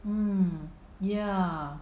mm ya